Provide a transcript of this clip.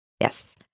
Yes